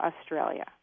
Australia